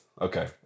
Okay